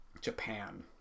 Japan